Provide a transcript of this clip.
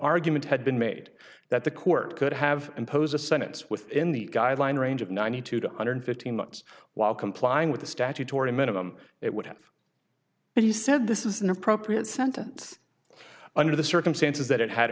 argument had been made that the court could have impose a sentence within the guideline range of ninety two to under fifteen months while complying with the statutory minimum it would have but you said this is an appropriate sentence under the circumstances that it had